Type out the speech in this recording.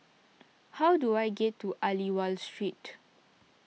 how do I get to Aliwal Street